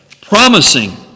promising